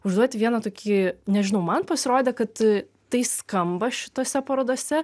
užduoti vieną tokį nežinau man pasirodė kad tai skamba šitose parodose